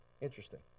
Interesting